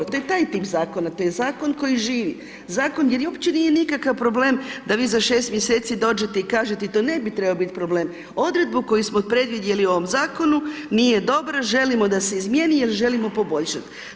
To je taj tip zakona, to je zakon koji živi, zakon gdje uopće nije nikakav problem da vi za 6 mjeseci dođete i kažete to ne bi trebao biti problem, odredbu koju smo predvidjeli u ovom zakonu nije dobra, želimo da se izmjeni jer želimo poboljšat.